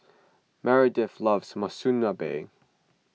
Meredith loves Monsunabe